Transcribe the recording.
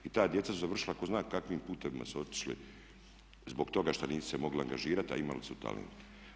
I ta djeca su završila tko zna kakvim putevima su otišli zbog toga što nisu se mogli angažirati, a imali su talent.